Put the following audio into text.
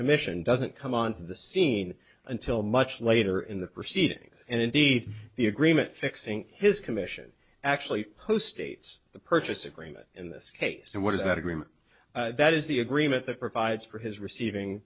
commission doesn't come onto the scene until much later in the proceedings and indeed the agreement fixing his commission actually post ates the purchase agreement in this case and what is that agreement that is the agreement that provides for his receiving